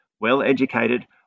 well-educated